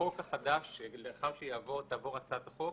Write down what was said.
החוק החדש, לאחר שתעבור הצעת החוק,